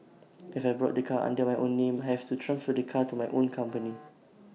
if I bought the car under my own name have to transfer the car to my own company